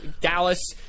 Dallas